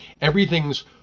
everything's